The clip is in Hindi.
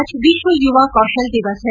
आज विश्व यूवा कौशल दिवस है